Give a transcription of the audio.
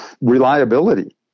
reliability